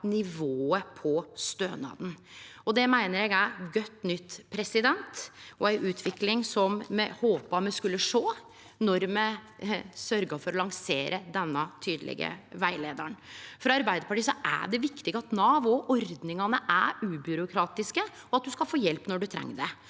nivået på stønaden. Det meiner eg er godt nytt, og det er ei utvikling me håpa me skulle sjå då me sørgde for å lansere denne tydelege rettleiaren. For Arbeidarpartiet er det viktig at Nav og ordningane er ubyråkratiske, og at ein skal få hjelp når ein treng det.